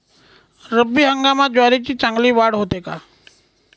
रब्बी हंगामात ज्वारीची चांगली वाढ होते का?